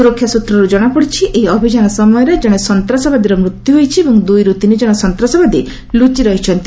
ସୁରକ୍ଷା ସ୍ବତ୍ରର ଜଣାପଡ଼ିଛି ଏହି ଅଭିଯାନ ସମୟରେ ଜଣେ ସନ୍ତାସବାଦୀର ମୃତ୍ୟୁ ହୋଇଛି ଏବଂ ଦୁଇରୁ ତିନି କଣ ସନ୍ତାସବାଦୀ ଲୁଚି ରହିଛନ୍ତି